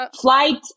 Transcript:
flight